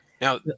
Now